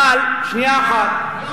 אז הוא